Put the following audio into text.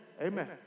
amen